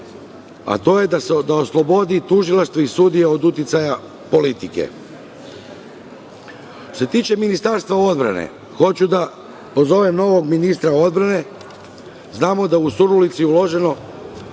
a to je da oslobodi tužilaštvo i sudije od uticaja politike. Što se tiče Ministarstva odbrane hoću da pozovem novog ministra odbrane. Znamo da u Surdulici je uloženo